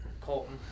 Colton